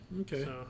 Okay